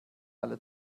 alle